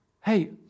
Hey